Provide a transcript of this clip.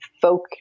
folk